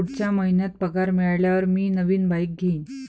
पुढच्या महिन्यात पगार मिळाल्यावर मी नवीन बाईक घेईन